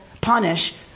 punish